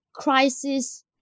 crisis